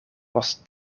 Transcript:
post